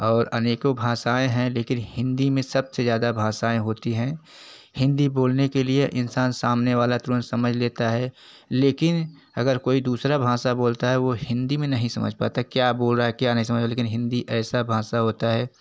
और अनेकों भाषाएँ हैं लेकिन हिंदी में सबसे ज़्यादा भाषाएँ होती हैं हिंदी बोलने के लिए इंसान सामने वाला तुरन्त समझ लेता है लेकिन अगर कोई दूसरी भाषा बोलता है वह हिंदी में नहीं समझ पाता क्या बोल रहा क्या नहीं समझ रहा लेकिन हिंदी ऐसी भाषा होती है